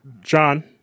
John